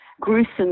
gruesome